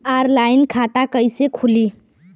Online खाता कइसे खुली?